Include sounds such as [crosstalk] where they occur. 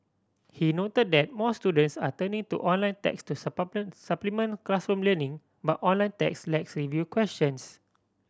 he noted that more students are turning to online text to [unintelligible] supplement classroom learning but online text lacks review questions